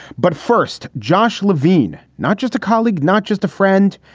but first, josh levine, not just a colleague, not just a friend,